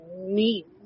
meet